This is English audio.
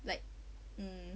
like um